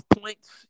points